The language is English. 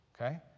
okay